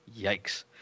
Yikes